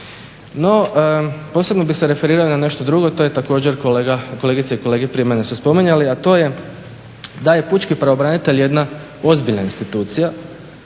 No posebno bih se referirao na nešto drugo, to su također kolegice i kolege prije mene spominjali, a to je da je pučki pravobranitelj jedna ozbiljna institucija